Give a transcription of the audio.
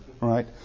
right